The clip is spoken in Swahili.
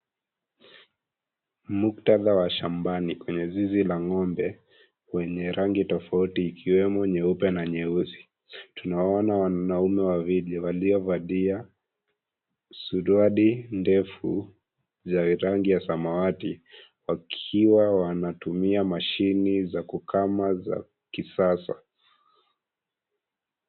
Muktadha wa shambani kwenye zizi la ngombe wenye rangi tofauti ikiwemo nyeupe na nyeusi. Tunawaona wanaume wawili waliovalia suruali ndefu za rangi ya samawati wakiwa wanatumia mashine za kukama za kisasa.